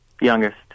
youngest